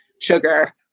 sugar